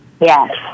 Yes